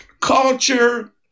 culture